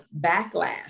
backlash